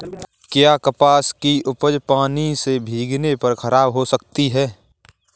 क्या कपास की उपज पानी से भीगने पर खराब हो सकती है?